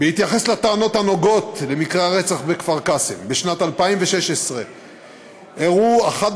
בהתייחס לטענות הנוגעות למקרי הרצח בכפר קאסם: בשנת 2016 אירעו 11